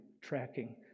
tracking